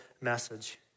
message